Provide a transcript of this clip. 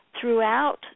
throughout